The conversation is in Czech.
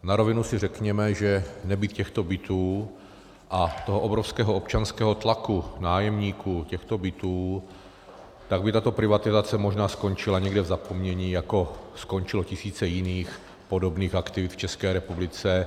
Na rovinu si řekněme, že nebýt těchto bytů a toho obrovského občanského tlaku nájemníků těchto bytů, tak by tato privatizace možná skončila někde v zapomnění, jako skončilo tisíce jiných podobných aktivit v České republice.